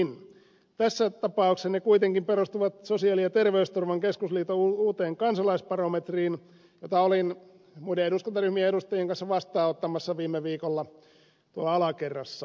tässä tapauksessa ne kuitenkin perustuvat sosiaali ja terveysturvan keskusliiton uuteen kansalaisbarometriin jota olin muiden eduskuntaryhmien edustajien kanssa vastaanottamassa viime viikolla tuolla alakerrassa